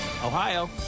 Ohio